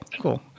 Cool